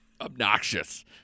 obnoxious